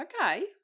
okay